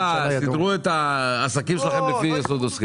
וסידרו את העסקים שלהם לפי איחוד עוסקים.